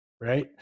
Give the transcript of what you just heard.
right